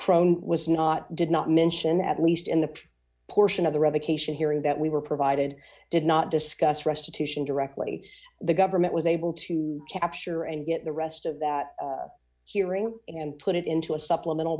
judge was not did not mention at least in the portion of the revocation hearing that we were provided did not discuss restitution directly the government was able to capture and get the rest of that hearing and put it into a supplemental